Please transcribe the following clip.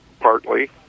partly